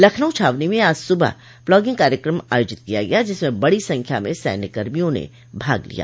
लखनऊ छावनी में आज सुबह प्लॉगिंग कार्यक्रम आयोजित किया गया जिसमें बड़ी संख्या में सैन्यकर्मियों ने भाग लिया